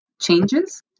changes